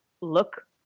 look